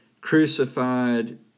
crucified